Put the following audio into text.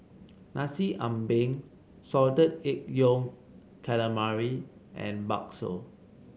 Nasi Ambeng Salted Egg Yolk Calamari and bakso